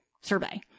survey